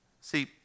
See